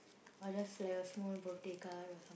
or just like a small birthday card or some~